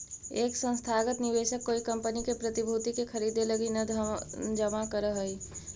एक संस्थागत निवेशक कोई कंपनी के प्रतिभूति के खरीदे लगी धन जमा करऽ हई